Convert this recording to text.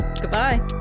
goodbye